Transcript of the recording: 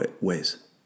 ways